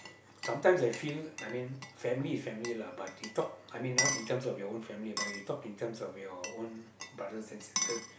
sometimes I feel I mean family is family lah but you talk I mean not in terms of your own family but you talk in terms of your own brothers and sister